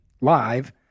live